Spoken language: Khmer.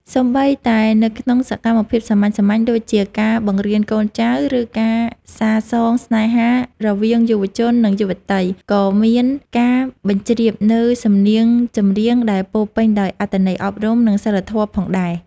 សូម្បីតែនៅក្នុងសកម្មភាពសាមញ្ញៗដូចជាការបង្រៀនកូនចៅ ឬការសាសងស្នេហារវាងយុវជន និងយុវតី ក៏មានការបញ្ជ្រាបនូវសំនៀងចម្រៀងដែលពោរពេញដោយអត្ថន័យអប់រំ និងសីលធម៌ផងដែរ។